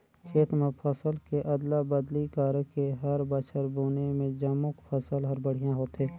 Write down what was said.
खेत म फसल के अदला बदली करके हर बछर बुने में जमो फसल हर बड़िहा होथे